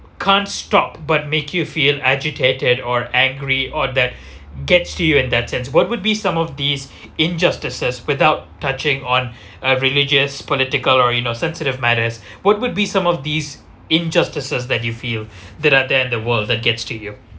can't stop but make you feel agitated or angry or that gets to you in that sense what would be some of these injustices without touching on a religious political or you know sensitive matters what would be some of these injustices that you feel that are there in the world that gets to you